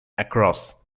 across